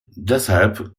deshalb